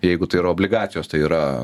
jeigu tai yra obligacijos tai yra